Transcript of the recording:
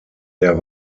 der